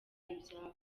ibyabo